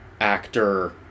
actor